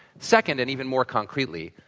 second, and even more concretely,